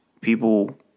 people